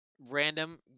random